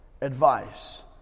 advice